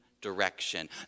direction